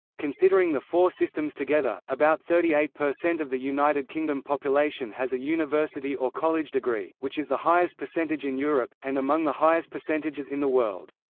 considering the four systems together, about thirty eight per cent of the united kingdom population has a university or college degree, which is the highest percentage in europe, and among the highest percentages in the world.